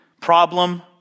Problem